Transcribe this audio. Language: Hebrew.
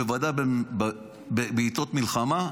בוודאי בעיתות מלחמה,